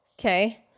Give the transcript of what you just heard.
Okay